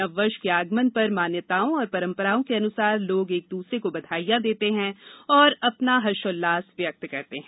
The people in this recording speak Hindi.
नव वर्ष के आगमन पर मान्यताओं और परम्पराओं के अनुसार लोग एक दूसरे को बघाईयां देते हैं और अपना हर्षोल्लास व्यक्त करते हैं